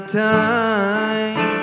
time